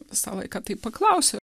visą laiką tai paklausiu